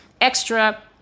extra